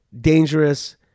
dangerous